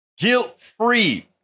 guilt-free